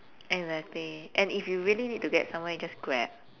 exactly and if you really need to get somewhere you just grab